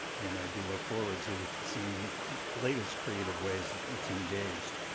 and i do look forward to seeing the latest creative ways it's engaged.